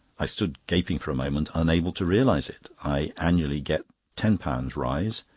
i stood gaping for a moment unable to realise it. i annually get ten pounds rise,